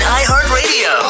iHeartRadio